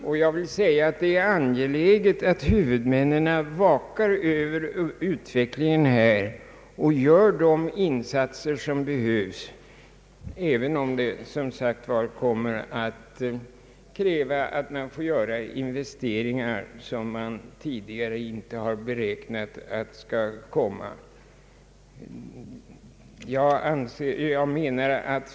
Och det är angeläget att huvudmännen vakar över utvecklingen och gör de insatser som behövs, även om det som sagt kommer att kräva investeringar som man tidigare inte räknat med.